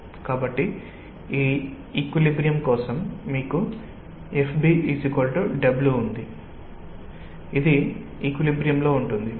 కాబట్టి ఇది ఈక్విలిబ్రియమ్ కోసం మీకు FBW ఉన్నది ఇది ఈక్విలిబ్రియమ్ లో ఉంటుంది